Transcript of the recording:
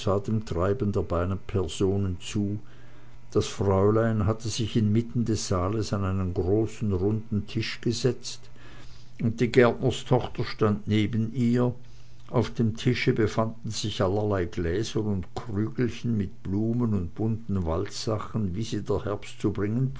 der beiden personen zu das fräulein hatte sich inmitten des saales an einen großen runden tisch gesetzt und die gärtnerstochter stand neben ihr auf dem tische befanden sich allerlei gläser und krügelchen mit blumen und bunten waldsachen wie sie der herbst